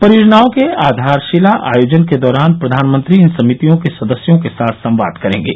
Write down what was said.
परियोजनाओं के आधारशिला आयोजन के दौरान प्रधानमंत्री इन समितियों के सदस्यों के साथ संवाद करेंगे